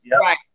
Right